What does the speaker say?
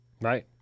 Right